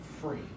free